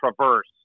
traverse